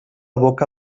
boca